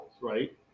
right